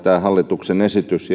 tämä hallituksen esitys